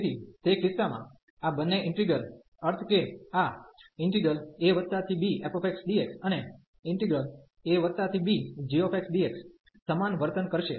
તેથી તે કિસ્સામાં આ બંને ઈન્ટિગ્રલ અર્થ કે આ abfxdx અને abgxdx સમાન વર્તન કરશે